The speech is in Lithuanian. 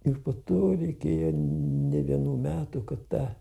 ir po to reikėjo ne vienų metų kad ta